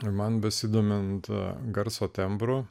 man besidomint garso tembro